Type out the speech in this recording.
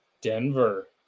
Denver